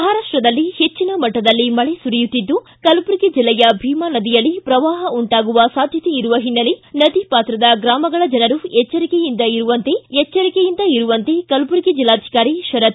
ಮಹಾರಾಷ್ಷದಲ್ಲಿ ಹೆಚ್ಚಿನ ಮಟ್ನದಲ್ಲಿ ಮಳೆ ಸುರಿಯುತ್ತಿದ್ದು ಕಲಬುರಗಿ ಜಿಲ್ಲೆಯ ಭೀಮಾ ನದಿಯಲ್ಲಿ ಪ್ರವಾಪ ಉಂಟಾಗುವ ಸಾಧ್ಯತೆ ಇರುವ ಹಿನ್ನೆಲೆ ನದಿಪಾತ್ರದ ಗ್ರಾಮಗಳ ಜನರು ಎಚ್ಚರಿಕೆಯಿಂದ ಇರುವಂತೆ ಕಲಬುರಗಿ ಜಿಲ್ಲಾಧಿಕಾರಿ ಶರತ್